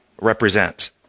represent